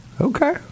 Okay